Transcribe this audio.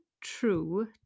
true